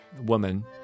woman